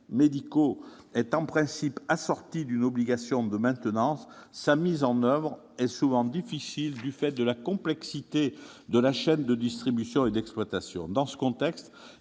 médicaux, est en principe assortie d'une obligation de maintenance, sa mise en oeuvre est souvent difficile du fait de la complexité de la chaîne de distribution et d'exploitation. Dans ce contexte,